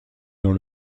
dans